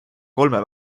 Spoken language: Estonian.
kolme